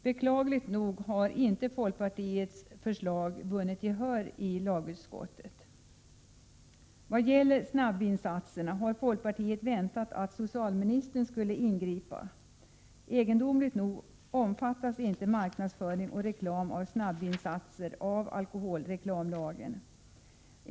Beklagligt nog har folkpartiets förslag inte vunnit gehör i lagutskottet. Vad gäller snabbvinsatserna har folkpartiet väntat att socialministern skulle ingripa. Egendomligt nog omfattas inte reklam och marknadsföring av snabbvinsatser av alkoholreklamlagen.